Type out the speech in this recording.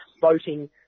voting